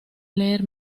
leer